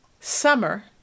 summer